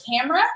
camera